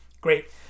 great